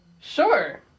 Sure